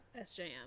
SJM